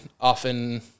often